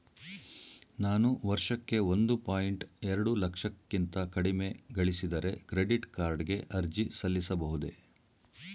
ನಾನು ವರ್ಷಕ್ಕೆ ಒಂದು ಪಾಯಿಂಟ್ ಎರಡು ಲಕ್ಷಕ್ಕಿಂತ ಕಡಿಮೆ ಗಳಿಸಿದರೆ ಕ್ರೆಡಿಟ್ ಕಾರ್ಡ್ ಗೆ ಅರ್ಜಿ ಸಲ್ಲಿಸಬಹುದೇ?